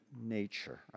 nature